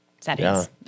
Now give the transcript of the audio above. settings